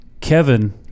Kevin